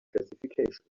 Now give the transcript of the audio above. classification